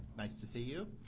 nice to see you.